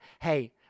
hey